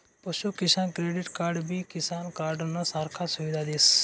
पशु किसान क्रेडिट कार्डबी किसान कार्डनं सारखा सुविधा देस